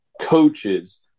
coaches